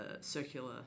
circular